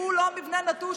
הוא לא מבנה נטוש,